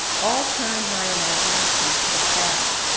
all turn my imagination to the past,